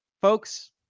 Folks